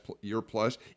year-plus